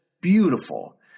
beautiful